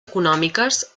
econòmiques